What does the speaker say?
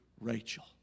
Rachel